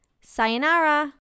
Sayonara